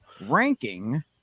ranking